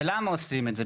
ולמה עושים את זה?